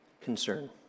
concern